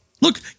Look